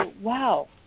wow